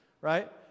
right